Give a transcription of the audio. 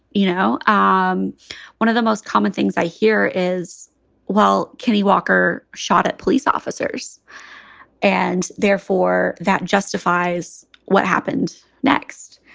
you know, um one of the most common things i hear is while kenny walker shot at police officers and therefore that justifies what happened next,